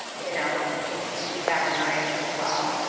you know just to keep that in mind as well.